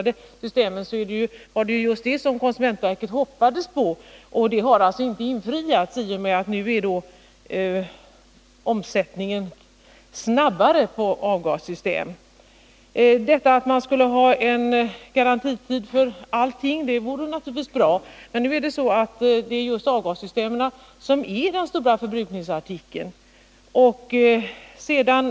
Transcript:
Det var ju vad konsumentverket hoppades på, men det har alltså inte blivit fallet. Omsättningen är nu snabbare när det gäller avgassystem. Att ha en garantitid för allting vore naturligtvis bra, men det är ju avgassystemen som är den stora förbrukningsartikeln.